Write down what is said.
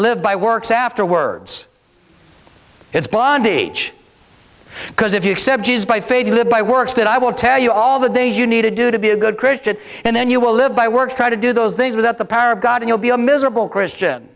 live by works afterwords it's bondi beach because if you accept jesus by faith live by works that i will tell you all the days you need to do to be a good christian and then you will live by works try to do those things without the power of god you'll be a miserable christian